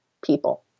people